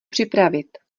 připravit